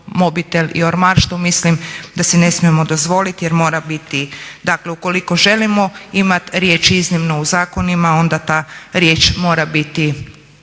mobitel i ormar što mislim da si ne smijemo dozvolit jer mora biti. Dakle ukoliko želimo imat riječ iznimno u zakonima onda ta riječ mora biti